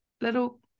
little